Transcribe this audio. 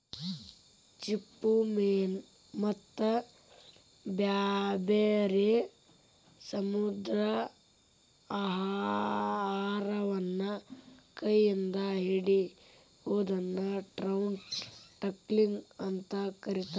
ಚಿಪ್ಪುಮೇನ ಮತ್ತ ಬ್ಯಾರ್ಬ್ಯಾರೇ ಸಮುದ್ರಾಹಾರವನ್ನ ಕೈ ಇಂದ ಹಿಡಿಯೋದನ್ನ ಟ್ರೌಟ್ ಟಕ್ಲಿಂಗ್ ಅಂತ ಕರೇತಾರ